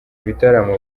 ibitaramo